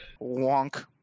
Wonk